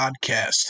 Podcast